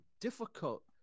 difficult